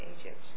Egypt